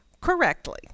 correctly